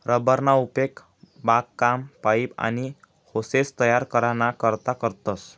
rubber ना उपेग बागकाम, पाइप, आनी होसेस तयार कराना करता करतस